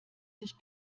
sich